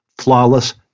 Flawless